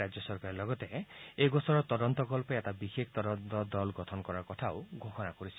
ৰাজ্য চৰকাৰে লগতে এই গোচৰৰ তদন্তকল্পে এটা বিশেষ তদন্ত দল গঠন কৰাৰ কথাও ঘোষণা কৰিছে